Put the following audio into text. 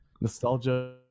Nostalgia